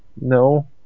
No